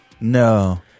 No